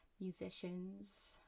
musicians